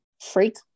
Freak